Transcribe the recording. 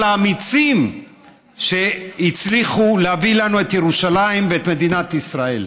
האמיצים שהצליחו להביא לנו את ירושלים ואת מדינת ישראל.